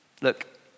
Look